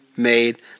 made